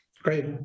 great